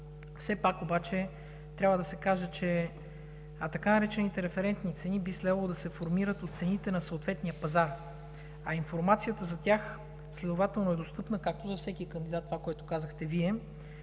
начин. Обаче трябва да се каже, че така наречените „референтни цени“ би следвало да се формират от цените на съответния пазар, а информацията за тях следователно е достъпна както за всеки кандидат – казахте Вие,